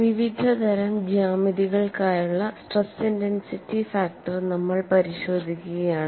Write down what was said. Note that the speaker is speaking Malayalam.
വിവിധതരം ജ്യാമിതികൾക്കായുള്ള സ്ട്രെസ് ഇന്റെൻസിറ്റി ഫാക്ടർ നമ്മൾ പരിശോധിക്കുകയാണ്